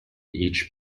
each